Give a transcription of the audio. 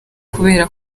kubera